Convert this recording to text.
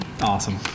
Awesome